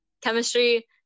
chemistry